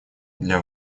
для